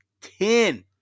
Ten